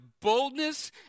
boldness